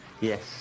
Yes